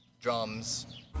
drums